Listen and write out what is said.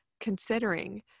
considering